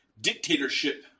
Dictatorship